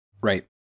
Right